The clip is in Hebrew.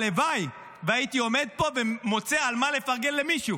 הלוואי שהייתי עומד פה ומוצא על מה לפרגן למישהו.